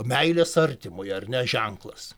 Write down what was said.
meilės artimui ar ne ženklas